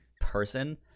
person